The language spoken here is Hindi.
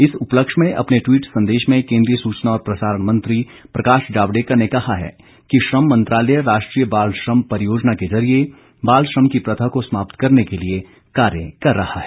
इस उपलक्ष्य में अपने ट्वीट संदेश में केन्द्रीय सूचना और प्रसारण मंत्री प्रकाश जावड़ेकर ने कहा है कि श्रम मंत्रालय राष्ट्रीय बाल श्रम परियोजना के जरिए बाल श्रम की प्रथा को समाप्त करने के लिए कार्य कर रहा है